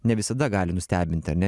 ne visada gali nustebinti ar ne